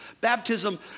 baptism